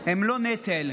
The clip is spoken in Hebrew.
נטל,